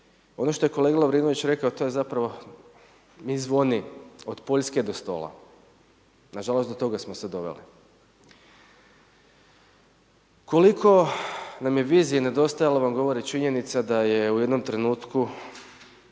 ono što je kolega Lovrinović rekao to je zapravo mi zvoni od Poljske do stola, na žalost do toga smo se doveli. Koliko nam je vizije nedostajalo vam govori činjenica je u jednom trenutku